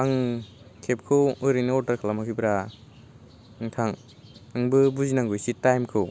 आं केबखौ ओरैनो अर्डार खालामाखैब्रा नोंथां नोंबो बुजिनांगौ एसे टाइमखौ